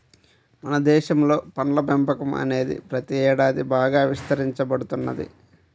మన దేశంలో పండ్ల పెంపకం అనేది ప్రతి ఏడాది బాగా విస్తరించబడుతున్నది